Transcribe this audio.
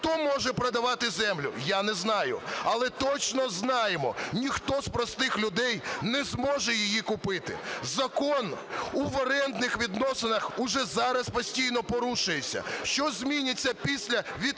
Хто може продавати землю? Я не знаю. Але точно знаємо, ніхто з простих людей не зможе її купити. Закон в орендних відносинах уже зараз постійно порушується. Що зміниться після відкриття